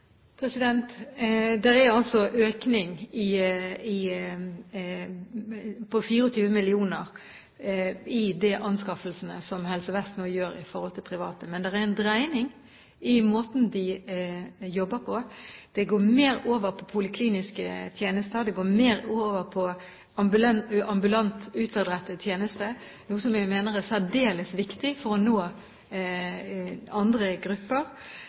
er en økning på 24 mill. kr i de anskaffelsene som Helse Vest nå gjør i forhold til private, men det er en dreining i måten de jobber på. Det går mer over på polikliniske tjenester, det går mer over på ambulant, utadrettet tjeneste, noe jeg mener er særdeles viktig for å nå andre grupper,